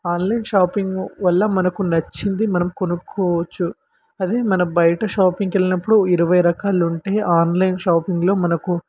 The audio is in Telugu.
ఆన్లైన్ షాపింగ్ వల్ల మనకు నచ్చింది మనం కొనుక్కోవచ్చు అదే మన బయట షాపింగ్కి వెళ్ళినప్పుడు ఇరవై రకాలుంటే ఆన్లైన్ షాపింగ్లో మనకు